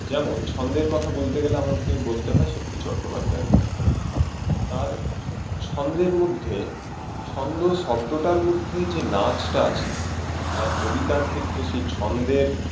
যেমন ছন্দের কথা বলতে গেলে আমাকে বলতে হয় শক্তি চট্টোপাধ্যায়ের কথা তার ছন্দের মধ্যে ছন্দ শব্দটার মধ্যে যে নাচটা আছে তার কবিতার ক্ষেত্রে সেই ছন্দের